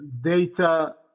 data